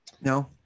No